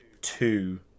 two